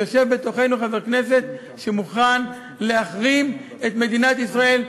שיושב בתוכנו חבר כנסת שמוכן להחרים את מדינת ישראל,